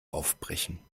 aufbrechen